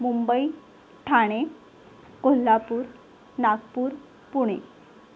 Mumbai Thane Kolhapur Nagpur Pune